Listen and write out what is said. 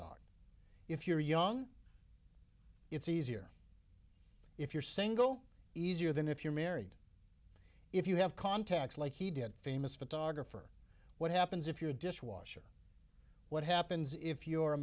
ht if you're young it's easier if you're single easier than if you're married if you have contacts like he did famous photographer what happens if your dishwasher what happens if you're a